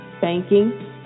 banking